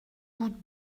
goutte